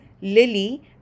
Lily